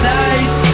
nice